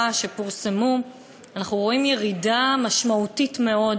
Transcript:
שפורסמו אנחנו רואים ירידה משמעותית מאוד